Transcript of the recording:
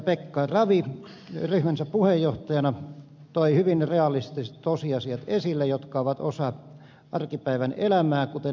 pekka ravi ryhmänsä puheenjohtajana toi hyvin realistiset tosiasiat esille jotka ovat osa arkipäivän elämää kuten ed